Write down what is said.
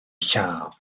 lladd